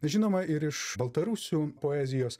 žinoma ir iš baltarusių poezijos